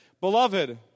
Beloved